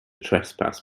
trespass